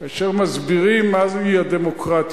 אשר מסבירים מה היא הדמוקרטיה.